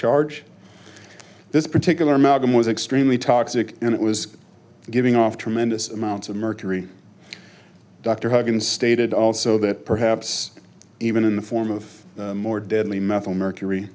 charge this particular malcolm was extremely toxic and it was giving off tremendous amounts of mercury dr huggins stated also that perhaps even in the form of more deadly methylmercury